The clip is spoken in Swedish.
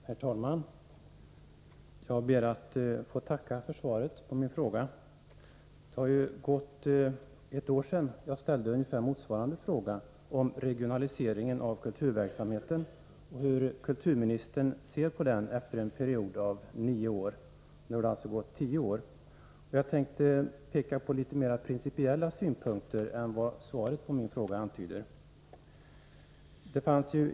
Herr talman! Jag ber att få tacka för svaret på min fråga. Det har gått ett år sedan jag ställde ungefär motsvarande fråga om regionaliseringen av kulturverksamhet och hur kulturministern ser på den efter en period av nio år. Nu har det alltså gått tio år, och jag vill ta upp litet mer principiella synpunkter än de som finns i svaret på min fråga.